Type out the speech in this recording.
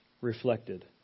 reflected